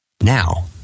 Now